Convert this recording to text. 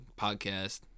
podcast